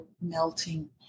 melting